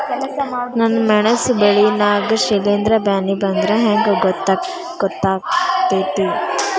ನನ್ ಮೆಣಸ್ ಬೆಳಿ ನಾಗ ಶಿಲೇಂಧ್ರ ಬ್ಯಾನಿ ಬಂದ್ರ ಹೆಂಗ್ ಗೋತಾಗ್ತೆತಿ?